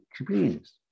experience